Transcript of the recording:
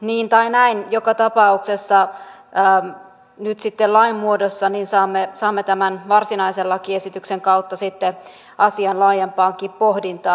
niin tai näin joka tapauksessa nyt sitten lain muodossa saamme tämän varsinaisen lakiesityksen kautta sitten asian laajempaankin pohdintaan